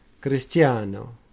Cristiano